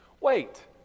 wait